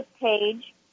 page